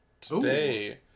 today